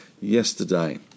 yesterday